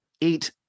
Eight